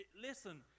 Listen